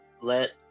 let